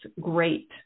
great